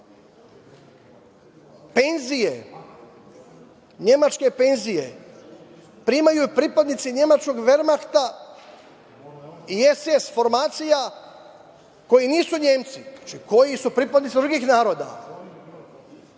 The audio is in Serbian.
godine, nemačke penzije primaju i pripadnici nemačkog Vermahta i SS formacija koji nisu Nemci, koji su pripadnici drugih naroda.